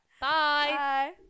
Bye